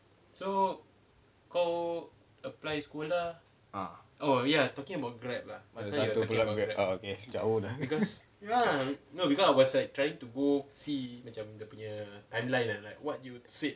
uh pasal apa pula Grab oh okay jap oh jap